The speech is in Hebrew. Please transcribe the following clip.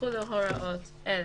יחולו הוראות אלה: